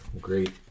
great